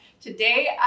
Today